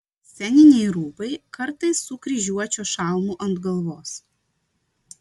sceniniai rūbai kartais su kryžiuočio šalmu ant galvos